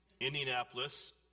Indianapolis